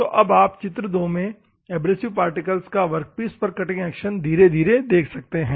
तो अब आप चित्र 2 में एब्रेसिव पार्टिकल्स का वर्कपीस पर कटिंग एक्शन धीरे धीरे देख सकते हैं